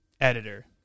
editor